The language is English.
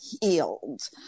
healed